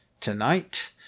tonight